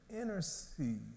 intercede